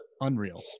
Unreal